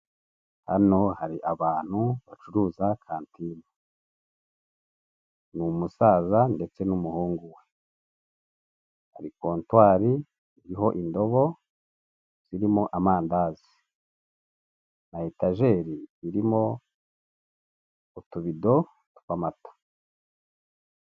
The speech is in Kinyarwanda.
Hano hari abantu bacuruza kantine ni umusaza ndetse n'umuhungu we, hari kontwari iriho indobo zirimo amandazi na etajeri irimo utubido tw'amata.